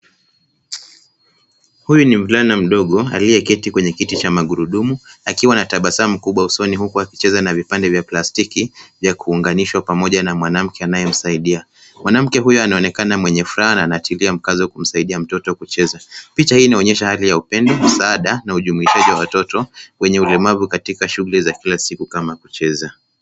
Huyu ni mvulana mdogo aliyeketi kwenye kiti cha magurudumu akiwa na tabasamu kubwa usoni huku akicheza na vipande vya plastiki vya kuunganishwa pamoja na mwanamke anayemsaidia. Mwanamke huyo anaonekana mwenye furaha na anatilia mkazo kumsaidia mtoto kucheza. Picha hii inaonyesha hali ya upendo, msaada na ujumuishaji wa watoto wenye ulemavu katika shughuli za kila siku kama kucheza.